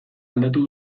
aldatu